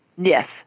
Yes